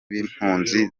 b’impunzi